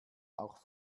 auch